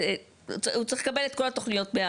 הוא צריך לקבל את כל התוכניות.